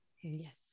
Yes